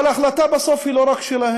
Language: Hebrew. אבל ההחלטה בסוף היא לא רק שלהם,